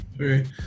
Okay